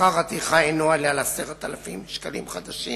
שכר הטרחה אינו עולה על 10,000 שקלים חדשים